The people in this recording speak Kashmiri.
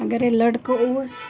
اَگرَے لٔڑکہٕ اوس